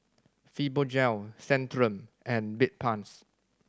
Fibogel Centrum and Bedpans